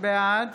בעד